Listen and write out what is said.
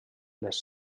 les